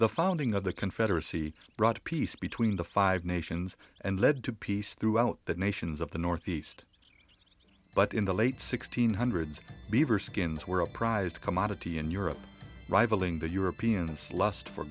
the founding of the confederacy brought peace between the five nations and lead to peace throughout the nations of the north east but in the late sixty's hundreds beaver skins were a prized commodity in europe rivaling the europeans lust for